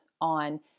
on